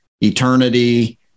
eternity